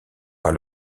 par